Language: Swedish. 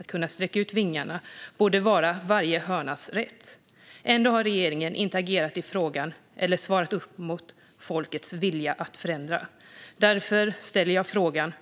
Att kunna sträcka ut vingarna borde vara varje hönas rätt. Ändå har regeringen inte agerat i frågan eller svarat upp mot folkets vilja att förändra. Därför ställde jag frågan